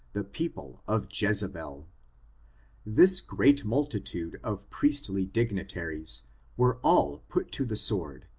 the people of jezebel. this great multitude of priestly dignitaries were all put to the sword,